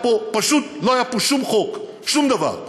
פשוט לא היה פה שום חוק, שום דבר,